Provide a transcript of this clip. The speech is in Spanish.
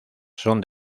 son